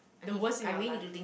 the worst in your life